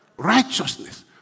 Righteousness